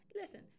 Listen